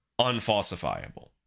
unfalsifiable